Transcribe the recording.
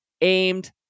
aimed